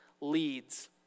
leads